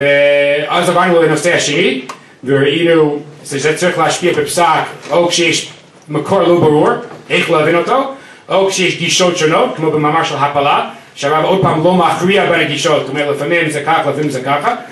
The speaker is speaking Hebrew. אז עברנו לנושא השני, וראינו שזה צריך להשפיע בפסק, או כשיש מקור לא ברור, איך להבין אותו, או כשיש גישות שונות, כמו במאמר של הפלה, שהרב עוד פעם לא מכריע בין הגישות, זאת אומרת לפעמים זה ככה, לפעמים זה ככה